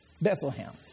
Bethlehem